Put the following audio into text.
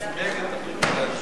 בבקשה, אדוני.